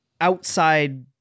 outside